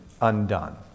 undone